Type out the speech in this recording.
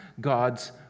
God's